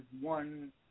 one